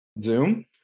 Zoom